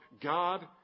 God